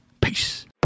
peace